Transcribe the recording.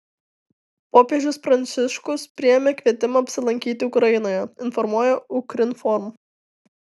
popiežius pranciškus priėmė kvietimą apsilankyti ukrainoje informuoja ukrinform